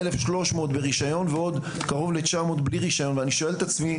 1,300 ברישיון ועוד קרוב ל-900 בלי רישיון ואני שואל את עצמי,